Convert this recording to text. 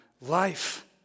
life